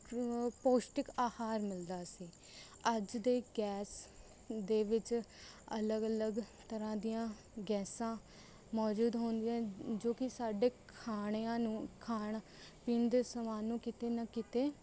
ਪੌਸ਼ਟਿਕ ਆਹਾਰ ਮਿਲਦਾ ਸੀ ਅੱਜ ਦੇ ਗੈਸ ਦੇ ਵਿੱਚ ਅਲੱਗ ਅਲੱਗ ਤਰ੍ਹਾਂ ਦੀਆਂ ਗੈਸਾਂ ਮੌਜੂਦ ਹੁੰਦੀਆਂ ਜੋ ਕਿ ਸਾਡੇ ਖਾਣੇ ਨੂੰ ਖਾਣ ਪੀਣ ਦੇ ਸਮਾਨ ਨੂੰ ਕਿਤੇ ਨਾ ਕਿਤੇ